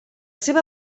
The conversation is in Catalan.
seva